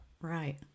Right